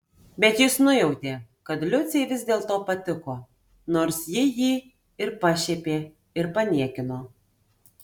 bet jis nujautė kad liucei vis dėlto patiko nors ji jį ir pašiepė ir paniekino